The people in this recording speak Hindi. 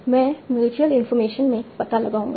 मैं म्यूच्यूअल इंफॉर्मेशन में पता लगाऊंगा